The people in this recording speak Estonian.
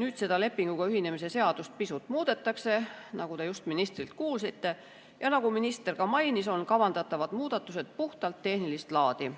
Nüüd seda lepinguga ühinemise seadust pisut muudetakse, nagu te just ministrilt kuulsite. Nagu minister ka mainis, on kavandatavad muudatused puhtalt tehnilist laadi.